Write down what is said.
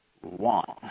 one